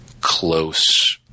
close